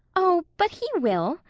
oh, but he will,